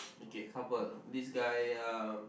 okay how about this guy um